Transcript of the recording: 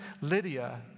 Lydia